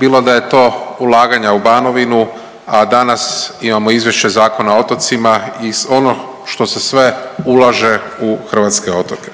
bilo da je to ulaganja u Banovinu, a danas imamo Izvješće Zakona o otocima i ono što se sve ulaže u hrvatske otoke.